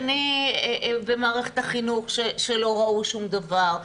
ומערכת החינוך שלא ראו שום דבר,